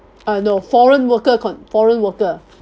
uh no foreign worker con~ foreign worker